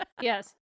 yes